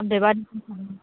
सामथाइबारिजों थाङो